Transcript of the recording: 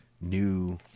new